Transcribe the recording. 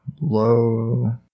Low